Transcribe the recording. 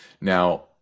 Now